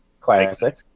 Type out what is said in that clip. Classic